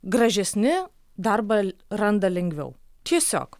gražesni darbą randa lengviau tiesiog